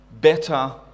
better